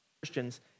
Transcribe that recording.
Christians